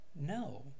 No